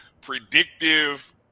predictive –